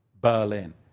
Berlin